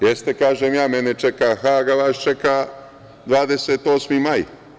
Jeste, kažem ja, mene čeka Hag, a vas čeka 28. maj.